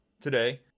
today